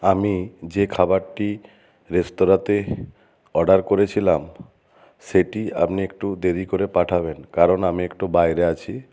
আমি যে খাবারটি রেস্তোরাঁতে অর্ডার করেছিলাম সেটি আপনি একটু দেরি করে পাঠাবেন কারণ আমি একটু বাইরে আছি